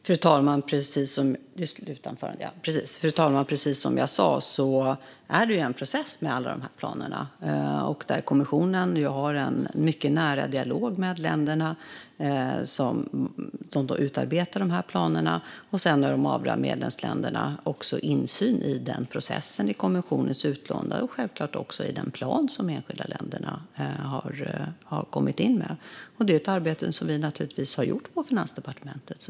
Fru talman! Precis som jag sa är det en process med alla de här planerna där kommissionen har en mycket nära dialog med länderna som utarbetar planerna. De övriga medlemsländerna har insyn i den processen, i kommissionens utlåtande och självklart också i den plan som de enskilda länderna har kommit in med. Det här är ett arbete som vi gjort på Finansdepartementet.